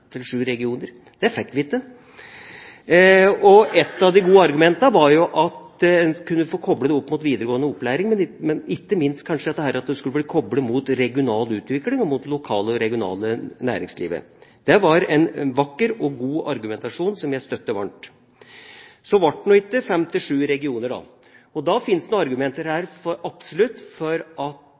regioner. Det fikk vi ikke. Ett av de gode argumentene var at en kunne få koblet det opp mot videregående opplæring, men ikke minst at det skulle bli koblet mot regional utvikling og mot det lokale og regionale næringslivet. Det var en vakker og god argumentasjon, som jeg støtter varmt. Så ble det ikke fem–sju regioner. Da fins det absolutt argumenter for at disse fagskolene vil fungere lettere statlig. For